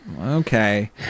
Okay